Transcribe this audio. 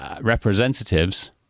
representatives